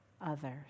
others